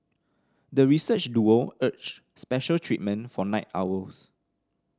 the research duo urged special treatment for night owls